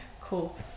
Cool